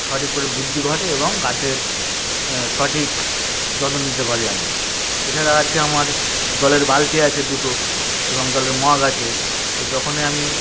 সঠিকভাবে বৃদ্ধি ঘটে এবং গাছের সঠিক যত্ন নিতে পারি আমি এছাড়া আছে আমার জলের বালতি আছে দুটো এবং জলের মগ আছে তো যখনই আমি